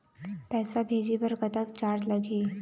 पैसा भेजे बर कतक चार्ज लगही?